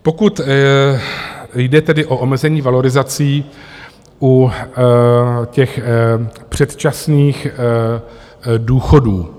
Pokud jde tedy o omezení valorizací u těch předčasných důchodů.